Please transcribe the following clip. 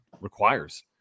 requires